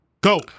Go